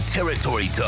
Territory